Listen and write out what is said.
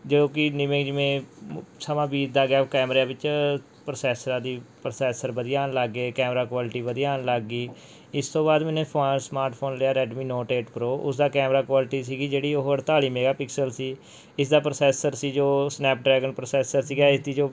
ਜੋ ਕਿ ਜਿਵੇਂ ਜਿਵੇਂ ਸਮਾਂ ਬੀਤਦਾ ਗਿਆ ਕੈਮਰਿਆਂ ਵਿੱਚ ਪ੍ਰਸੈਸਰਾਂ ਦੀ ਪ੍ਰਸੈਸਰ ਵਧੀਆ ਆਉਣ ਲੱਗ ਗਏ ਕੈਮਰਾ ਕੁਆਲਟੀ ਵਧੀਆ ਆਉਣ ਲੱਗ ਗਈ ਇਸ ਤੋਂ ਬਾਅਦ ਮੈਨੇ ਫ ਸਮਾਟਫੋਨ ਲਿਆ ਰੈਡਮੀ ਨੋਟ ਏਟ ਪ੍ਰੋ ਉਸਦਾ ਕੈਮਰਾ ਕੁਆਲਟੀ ਸੀਗੀ ਜਿਹੜੀ ਉਹ ਅਠਤਾਲੀ ਮੈਗਾਪਿਕਸਲ ਸੀ ਇਸ ਦਾ ਪ੍ਰਸੈਸਰ ਸੀ ਜੋ ਸਨੈਪਡਰੈਗਨ ਪ੍ਰਸੈਸਰ ਸੀਗਾ ਇਸਦੀ ਜੋ